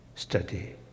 study